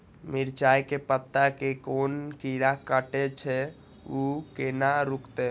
मिरचाय के पत्ता के कोन कीरा कटे छे ऊ केना रुकते?